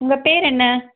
உங்கள் பேர் என்ன